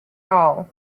hall